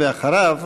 ואחריו,